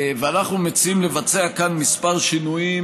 ואנחנו מציעים לבצע כאן כמה שינויים,